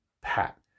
pat